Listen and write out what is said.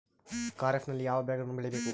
ಖಾರೇಫ್ ನಲ್ಲಿ ಯಾವ ಬೆಳೆಗಳನ್ನು ಬೆಳಿಬೇಕು?